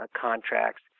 contracts